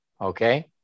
Okay